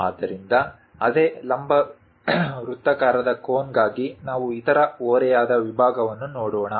ಆದ್ದರಿಂದ ಅದೇ ಲಂಬ ವೃತ್ತಾಕಾರದ ಕೋನ್ಗಾಗಿ ನಾವು ಇತರ ಓರೆಯಾದ ವಿಭಾಗವನ್ನು ನೋಡೋಣ